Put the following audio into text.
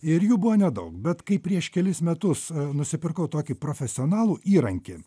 ir jų buvo nedaug bet kai prieš kelis metus nusipirkau tokį profesionalų įrankį